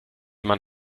man